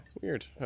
weird